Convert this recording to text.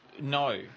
No